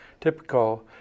typical